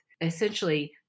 essentially